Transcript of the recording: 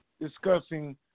discussing